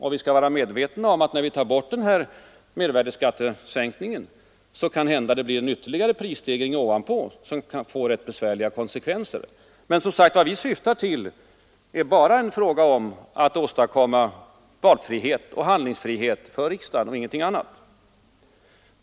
Och vi skall vara medvetna om att det kan bli ytterligare en prisstegring ovanpå borttagandet av mervärdeskattesänkningen, och det kan få rätt besvärliga konsekvenser. Men vad vi syftar till är som sagt bara att åstadkomma valfrihet och handlingsfrihet för riksdagen — ingenting annat.